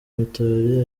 mitali